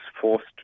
forced